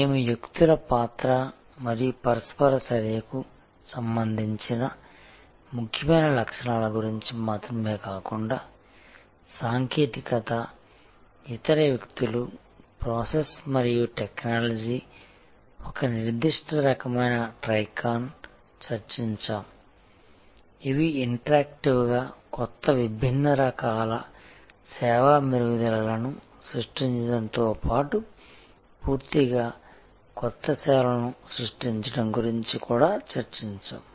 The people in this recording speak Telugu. మేము వ్యక్తుల పాత్ర మరియు పరస్పర చర్యకు సంబంధించిన ముఖ్యమైన లక్షణాల గురించి మాత్రమే కాకుండా సాంకేతికత మరియు వ్యక్తులు ప్రాసెస్ మరియు టెక్నాలజీ ఒక నిర్దిష్ట రకమైన ట్రైకాను చర్చించాము ఇవి ఇంటరాక్టివ్గా కొత్త విభిన్న రకాల సేవా మెరుగుదలలను సృష్టించడంతోపాటు పూర్తిగా కొత్త సేవలను సృష్టించడం గురించి కూడా చర్చించాము